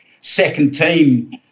second-team